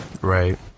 Right